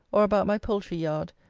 or about my poultry-yard,